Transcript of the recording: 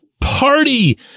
party